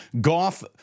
Goff